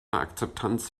akzeptanz